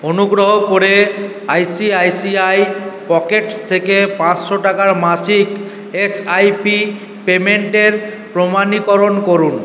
অনুগ্রহ করে আইসিআইসিআই পকেটস থেকে পাঁচশো টাকার মাসিক এসআইপি পেমেন্টের প্রমাণীকরণ করুন